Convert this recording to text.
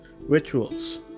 rituals